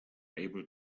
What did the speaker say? able